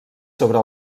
sobre